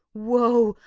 woe!